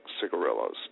cigarillos